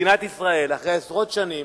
במדינת ישראל, אחרי עשרות שנים,